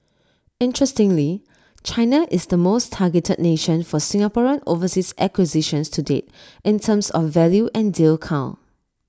interestingly China is the most targeted nation for Singaporean overseas acquisitions to date in terms of value and deal count